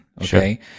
okay